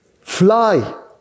fly